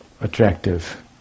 attractive